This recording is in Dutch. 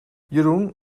jeroen